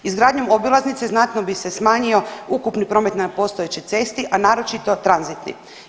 Izgradnjom obilaznice znatno bi se smanjio ukupni promet na postojećoj cesti, a naročito tranzitni.